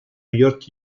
york